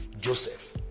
Joseph